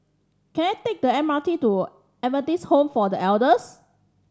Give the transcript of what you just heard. can I take the M R T to M R T's Home for The Elders